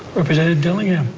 representative dillingham?